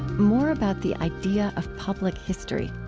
more about the idea of public history.